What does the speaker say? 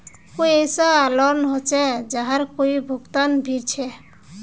कोई ऐसा लोन होचे जहार कोई भुगतान नी छे?